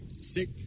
Sick